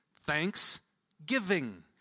Thanksgiving